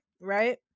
right